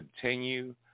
continue